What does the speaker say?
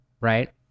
right